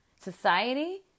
Society